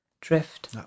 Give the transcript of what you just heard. drift